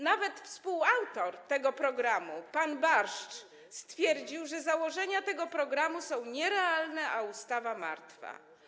Nawet współautor tego programu pan Barszcz stwierdził, że założenia programu są nierealne, a ustawa - martwa.